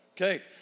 okay